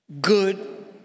good